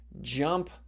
jump